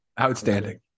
outstanding